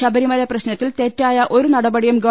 ശബരിമല പ്രശ്നത്തിൽ തെറ്റായ ഒരു നടപടിയും ഗവ